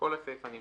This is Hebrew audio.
כל הסיפא נמחקת.